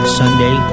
sunday